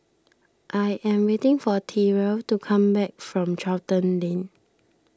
I am waiting for Terell to come back from Charlton Lane